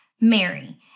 Mary